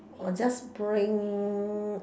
or just bring